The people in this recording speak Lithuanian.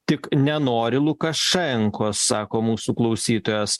tik nenori lukašenkos sako mūsų klausytojas